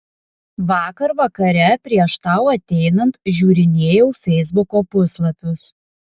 vakar vakare prieš tau ateinant žiūrinėjau feisbuko puslapius